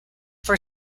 for